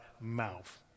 mouth